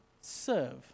serve